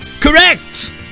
Correct